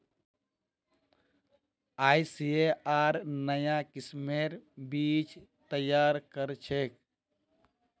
ICAR नाया किस्मेर बीज तैयार करछेक